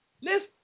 List